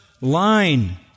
line